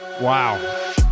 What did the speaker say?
wow